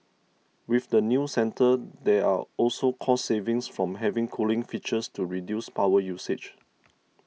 with the new centre there are also cost savings from having cooling features to reduce power usage